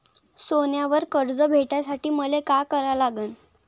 सोन्यावर कर्ज भेटासाठी मले का करा लागन?